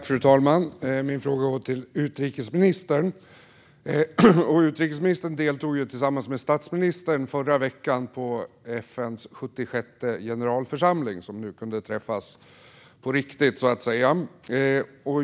Fru talman! Min fråga går till utrikesministern. Utrikesministern deltog i förra veckan tillsammans med statsministern i FN:s 76:e generalförsamling, som nu så att säga kunde träffas på riktigt.